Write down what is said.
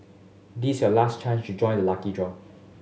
this is your last chance to join the lucky draw